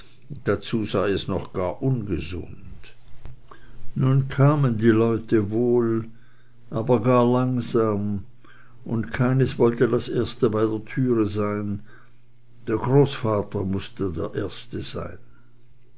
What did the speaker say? dazu sei es noch gar ungesund nun kamen die leute wohl aber gar langsam und keines wollte das erste bei der türe sein der großvater mußte der erste sein